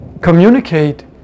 communicate